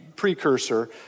precursor